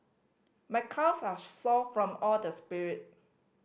my calves are sore from all the spirit